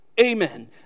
Amen